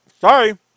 Sorry